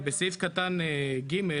בסעיף קטן ג',